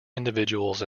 individuals